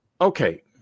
Okay